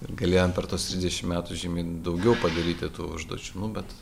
ir galėjom per tuos trisdešimt metų žemiai daugiau padaryti tų užduočių nu bet